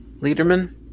Liederman